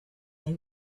they